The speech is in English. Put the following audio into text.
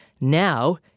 Now